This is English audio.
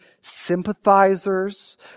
sympathizers